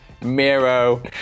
Miro